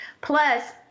plus